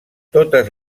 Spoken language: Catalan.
totes